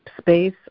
space